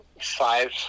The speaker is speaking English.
five